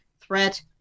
threat